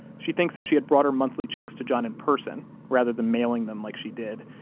she thinks if she had brought her monthly checks to john in person, rather than mailing them like she did,